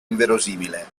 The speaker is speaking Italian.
inverosimile